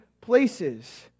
places